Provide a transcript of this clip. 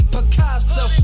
Picasso